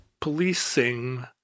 policing—